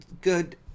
Good